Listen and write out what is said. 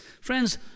Friends